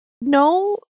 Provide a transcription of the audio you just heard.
no